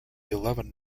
eleven